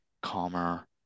calmer